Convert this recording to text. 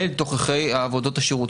אל תוככי עבודות השירות.